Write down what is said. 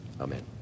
Amen